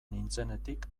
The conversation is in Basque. nintzenetik